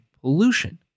pollution